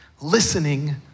Listening